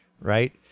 right